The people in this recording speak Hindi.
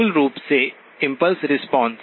मूल रूप से इम्पल्स रिस्पांस